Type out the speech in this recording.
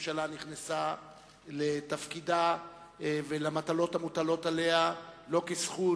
ושממשלה נכנסה לתפקידה ולמטלות המוטלות עליה לא כזכות,